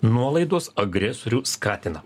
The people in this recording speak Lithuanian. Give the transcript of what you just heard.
nuolaidos agresorių skatina